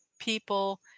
people